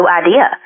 idea